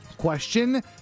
Question